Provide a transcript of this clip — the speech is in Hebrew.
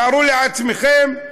תארו לעצמכם,